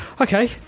Okay